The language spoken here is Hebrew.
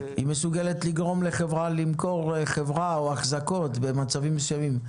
היא מסוגלת לגרום לחברה למכור חברה או אחזקות במצבים מסוימים.